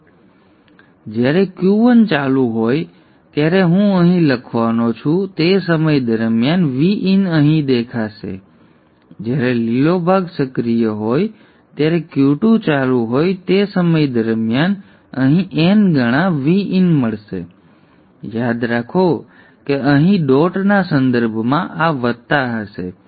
તેથી જ્યારે Q1 ચાલુ હોય ત્યારે હું અહીં લખવાનો છું તે સમય દરમિયાન Vin અહીં દેખાશે અને જ્યારે લીલો ભાગ સક્રિય હોય ત્યારે Q2 ચાલુ હોય તે સમય દરમિયાન તમને અહીં n ગણા Vin મળશે પરંતુ યાદ રાખો કે અહીં ડોટના સંદર્ભમાં આ વત્તા હશે